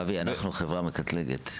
אבי, אנחנו חברה מקטלגת.